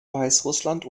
weißrussland